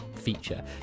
feature